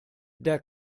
der